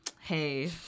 hey